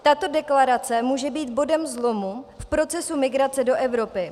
Tato deklarace může být bodem zlomu v procesu migrace do Evropy.